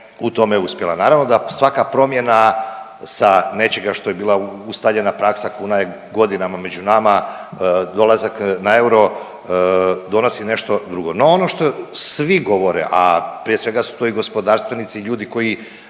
u tome uspjela. Naravno da svaka promjena sa nečega što je bila ustaljena praksa, kuna je godinama među nama, dolazak na euro donosi nešto drugo. No ono što svi govore, a prije svega su to i gospodarstvenici i ljudi koji